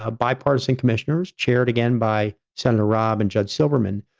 ah bipartisan commissioners chaired again by senator robb and judge silberman.